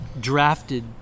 drafted